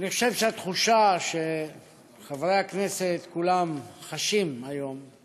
אני חושב שהתחושה שחברי הכנסת כולם חשים היום היא